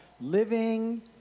Living